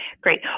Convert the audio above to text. great